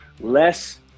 Less